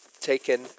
taken